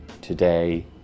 today